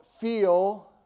feel